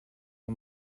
are